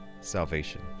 salvation